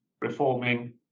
reforming